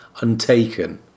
untaken